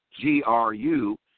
GRU